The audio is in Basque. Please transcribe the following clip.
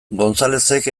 gonzalezek